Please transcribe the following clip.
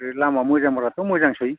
आरो लामा मोजांब्लाथ' मोजांसै